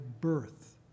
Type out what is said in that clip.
birth